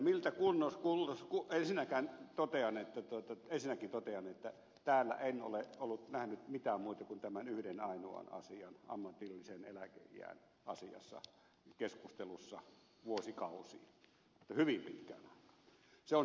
minä teen tämmöisen retorisesti ulvahtaen asetetun kysymyksen mutta ensinnäkin totean että täällä en ole nähnyt mitään muita kuin tämän yhden ainoan asian ammatillisen eläkeiän asiassa keskustelussa vuosikausiin hyvin pitkään aikaan